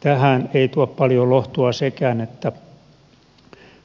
tähän ei tuo paljon lohtua sekään että